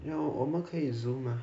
you know 我们可以 Zoom ah